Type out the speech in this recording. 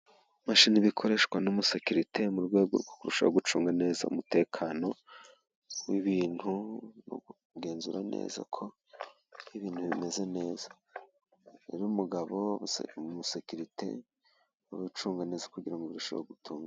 Imashini imwe ikoreshwa n'umusekirite mu rwego rwo kurushaho gucunga neza umutekano w'ibintu, kugenzura neza ko ibintu bimeze neza. Uyu mugabo w'umusekirite niwe ucunga neza, kugira ngo birusheho gutungana.